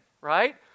right